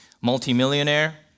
multimillionaire